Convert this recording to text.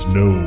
no